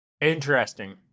Interesting